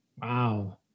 Wow